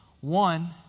One